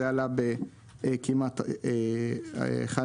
זה עלה בכמעט 1